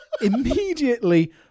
Immediately